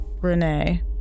Renee